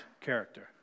character